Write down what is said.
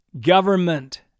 government